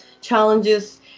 challenges